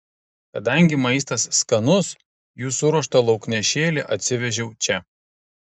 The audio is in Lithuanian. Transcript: kadangi maistas skanus jų suruoštą lauknešėlį atsivežiau čia